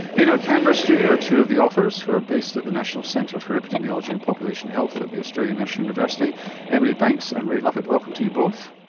in our canberra studio are two of the authors, who are based at the national centre for epidemiology and population health at the australian national university emily banks and ray lovett. welcome to you both.